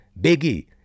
Biggie